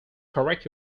correct